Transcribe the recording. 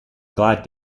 glad